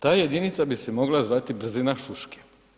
Ta jedinica bi se mogla zvati brzina šuške.